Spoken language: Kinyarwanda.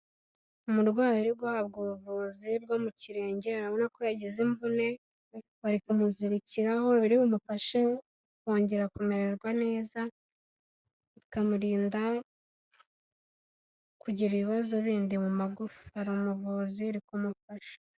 Umurwayi ari guhabwa ubuvuzi bwo mu kirenge arabona ko yagize imvune, bari kumuzirikiraho biri bumufashe kongera kumererwa neza bikamurinda kugira ibibazo bindi mu magufa hari umuvuzi uri kumufasha.